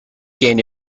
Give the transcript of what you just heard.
gained